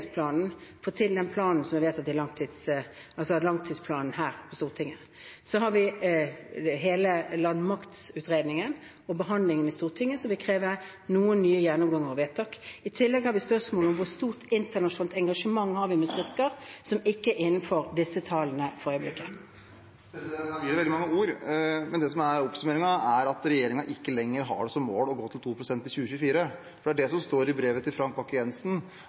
å få til investeringsplanen, få til den langtidsplanen som er vedtatt her på Stortinget. Så har vi hele landmaktutredningen og behandlingen i Stortinget, som vil kreve noen nye gjennomganger og vedtak. I tillegg har vi spørsmålet om hvor stort internasjonalt engasjement har vi med …, som ikke er innenfor disse tallene … Her blir det veldig mange ord. Men det som er oppsummeringen, er at regjeringen ikke lenger har som mål å gå til 2 pst. i 2024. Det er det som står i brevet til Frank